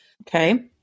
Okay